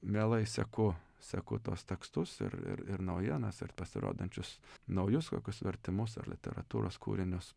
mielai seku seku tuos tekstus ir ir ir naujienas ir pasirodančius naujus kokius vertimus ar literatūros kūrinius